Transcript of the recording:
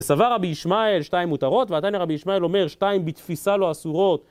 סבר רבי ישמעאל שתיים מותרות, ועתיני רבי ישמעאל אומר שתיים בתפיסה לא אסורות